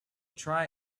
try